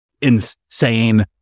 insane